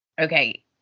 Okay